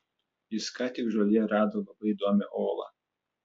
jis ką tik žolėje rado labai įdomią olą